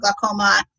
glaucoma